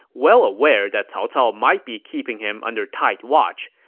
well aware that cao cao might be keeping him under tight watch,